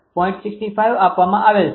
65 આપવામાં આવેલ છે